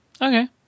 Okay